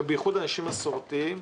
ובייחוד אנשים מסורתיים,